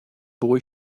boy